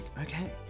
okay